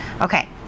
Okay